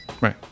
Right